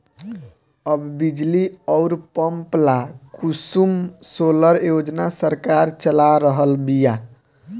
अब बिजली अउर पंप ला कुसुम सोलर योजना सरकार चला रहल बिया